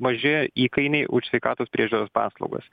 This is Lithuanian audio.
mažėja įkainiai už sveikatos priežiūros paslaugas